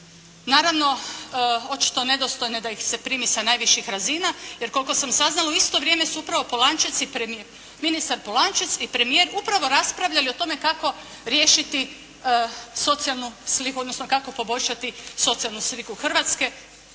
Naravno, očito nedostojne da ih se primi sa najviših razina, jer koliko sam saznala u isto vrijeme su upravo Polančec i premijer, ministar Polančec i premijer upravo raspravljali o tome kako riješiti socijalnu sliku, odnosno kako poboljšati socijalnu sliku Hrvatske,